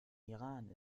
iran